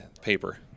paper